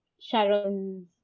Sharon's